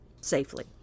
safely